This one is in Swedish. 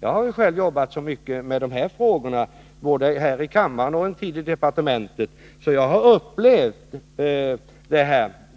Jag har själv jobbat så mycket med de här frågorna, både här i kammaren och en tid i departementet, att jag har upplevt